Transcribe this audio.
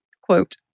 quote